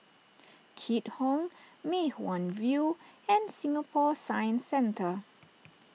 Keat Hong Mei Hwan View and Singapore Science Centre